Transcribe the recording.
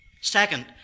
Second